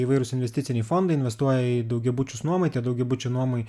įvairūs investiciniai fondai investuoja į daugiabučius nuomai daugiabučių nuomai